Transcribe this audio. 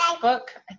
book